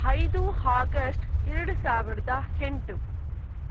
ಐದು ಹಾಗಸ್ಟ್ ಎರಡು ಸಾವಿರದ ಎಂಟು